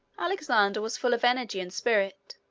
alexander was full of energy and spirit,